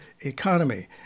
economy